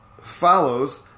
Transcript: follows